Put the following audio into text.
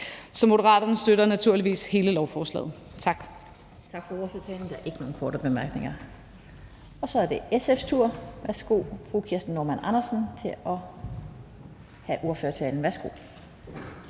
Moderaterne støtter naturligvis hele lovforslaget. Tak.